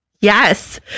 Yes